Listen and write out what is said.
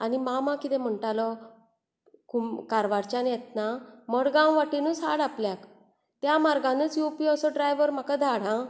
आनी मामा कितें म्हणटालो कुम कारवारच्यान येतना मडगांव वाटेनूच हाड आपल्याक त्या मार्गानूच येवपी असो ड्रायवर म्हाका धाड आं